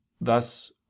Thus